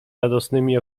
radosnymi